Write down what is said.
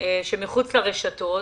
שמחוץ לרשתות.